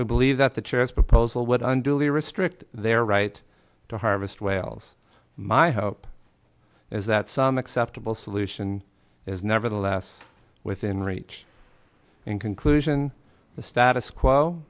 who believe that the chairs proposal would underlay restrict their right to harvest whales my hope is that some acceptable solution is nevertheless within reach and conclusion the status quo